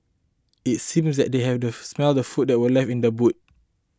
it seemed that they had smelt the food that were left in the boot